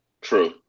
True